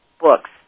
books